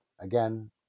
again